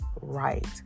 right